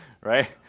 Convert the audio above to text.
right